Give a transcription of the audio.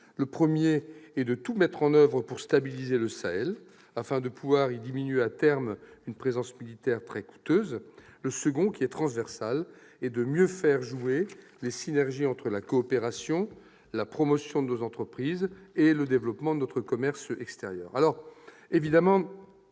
le premier est de tout mettre en oeuvre pour stabiliser le Sahel afin de pouvoir y réduire à terme une présence militaire très coûteuse ; le second, qui est transversal, est de mieux faire jouer les synergies entre la coopération, la promotion de nos entreprises et le développement de notre commerce extérieur.